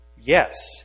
Yes